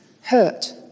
hurt